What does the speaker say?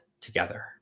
together